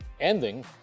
ending